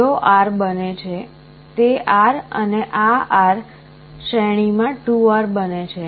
તેઓ R બને છે તે R અને આ R શ્રેણીમાં 2R બને છે